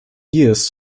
years